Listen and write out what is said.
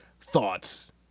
thoughts